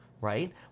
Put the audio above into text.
right